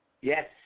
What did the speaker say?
Yes